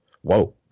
whoa